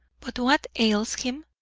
but what ails him?